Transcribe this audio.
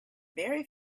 very